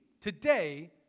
today